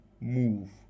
move